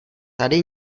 tady